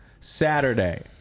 saturday